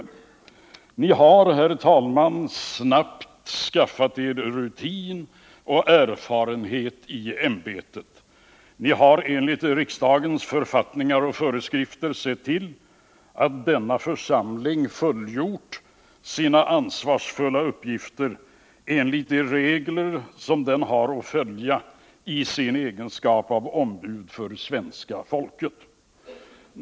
Ni har, herr talman, snabbt skaffat er rutin och erfarenhet i ämbetet. Ni har enligt riksdagens författningar och föreskrifter sett till att denna församling fullgjort sina ansvarsfulla uppgifter enligt de regler som den har att följa i sin egenskap av ombud för svenska folket.